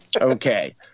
Okay